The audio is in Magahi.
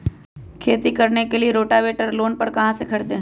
खेती करने के लिए रोटावेटर लोन पर कहाँ से खरीदे?